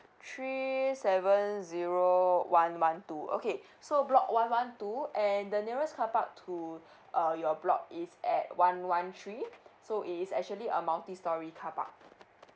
three seven zero one one two okay so block one one two and the nearest carpark to uh your block is at one one three so it is actually a multistorey carpark